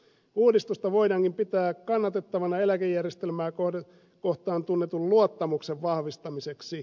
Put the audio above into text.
uudistusta voidaankin pitää kannatettavana eläkejärjestelmää kohtaan tunnetun luottamuksen vahvistamiseksi